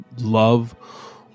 love